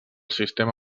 sistema